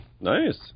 Nice